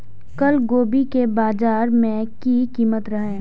कल गोभी के बाजार में की कीमत रहे?